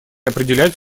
определять